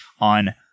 on